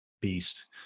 beast